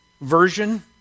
version